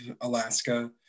Alaska